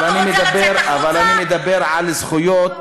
אבל אני מדבר על זכויות,